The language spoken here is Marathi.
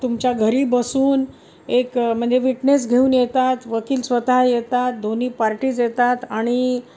तुमच्या घरी बसून एक म्हणजे विटनेस घेऊन येतात वकील स्वतः येतात दोन्ही पार्टीज येतात आणि